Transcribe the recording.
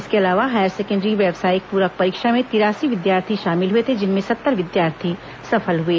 इसके अलावा higher secondary व्यावसायिक पूरक परीक्षा में तिरासी विद्यार्थी शामिल हुए थे जिनमें सत्तर विद्यार्थी सफल हुए